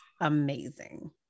amazing